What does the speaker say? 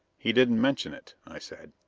he didn't mention it, i said.